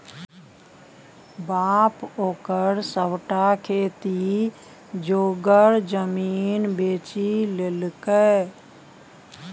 बाप ओकर सभटा खेती जोगर जमीन बेचि लेलकै